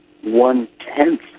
one-tenth